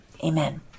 Amen